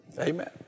Amen